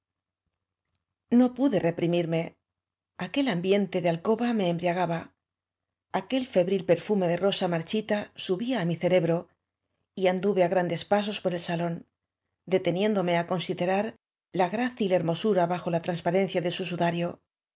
no pude reprimirme aquel ambiento de alco ba me embriagaba aquel febril perfume de rosa marchita subía á mi cerebro y anduve á grandes pasos por el sab'm deteniéndome á considerar la grácil hermosura bajo la transparencia de su su